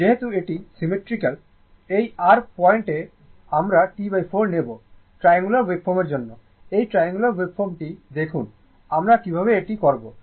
যেহেতু এটি সিমেট্রিক্যাল এই r পয়েন্ট এ আমরা T4 নেব ট্রায়াঙ্গুলার ওয়েভফর্মের জন্য এই ট্রায়াঙ্গুলার ওয়েভফর্মটি দেখুন আমরা কীভাবে এটি করব